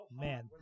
man